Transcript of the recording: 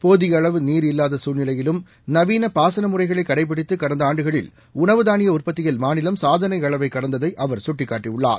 போதிய அளவு நீர் இல்லாத சூழ்நிலையிலும் நவீன பாசன முறைகளை கடைப்பிடித்து கடந்த ஆண்டுகளில் உணவு தானிய உற்பத்தியில் மாநிலம் சாதனை அளவை கடந்ததை அவர் சுட்டிக்காட்டியுள்ளார்